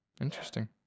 Interesting